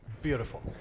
beautiful